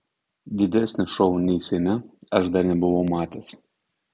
didesnio šou nei seime aš dar nebuvau matęs